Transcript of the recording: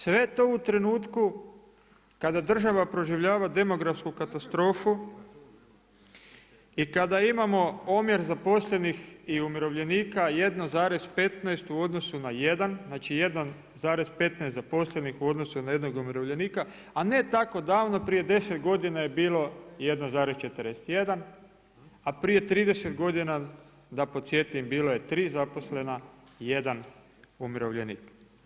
Sve to u trenutku kada država proživljava demografsku katastrofu, i kada imamo omjer zaposlenih i umirovljenika 1,15 u odnosu na 1, znači 1,15 zaposlenih u odnosu na 1 umirovljenika, a ne tako davno, prije 10 godina je bilo 1,41, a prije 30 godina da podsjetim bilo 3 zaposlena, jedan umirovljenik.